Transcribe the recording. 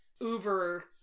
uber